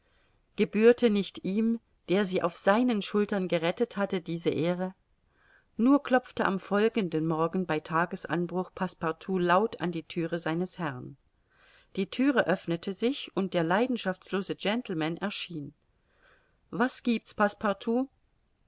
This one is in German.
gebührte nicht ihm der sie auf seinen schultern gerettet hatte diese ehre nur klopfte am folgenden morgen bei tagesanbruch passepartout laut an die thüre seines herrn die thüre öffnete sich und der leidenschaftslose gentleman erschien was giebt's